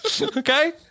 Okay